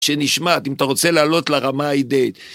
שנשמעת אם אתה רוצה לעלות לרמה האידאית.